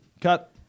Cut